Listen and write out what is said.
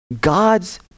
God's